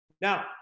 Now